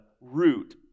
root